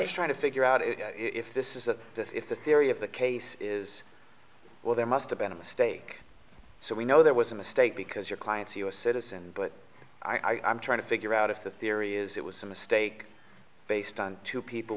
just trying to figure out if this is if the theory of the case is well there must have been a mistake so we know there was a mistake because your client's a u s citizen but i'm trying to figure out if the theory is it was a mistake based on two people